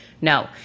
No